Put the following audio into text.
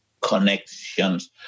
connections